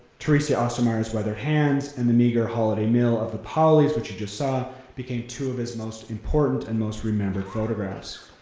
theresia ostermeyer's weathered hands and the meager holiday meal of the pauleys, which you just saw, became two of his most important and most remembered photographs.